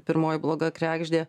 pirmoji bloga kregždė